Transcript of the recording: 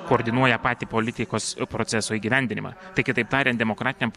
koordinuoja patį politikos proceso įgyvendinimą tai kitaip tariant demokratiniam